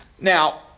now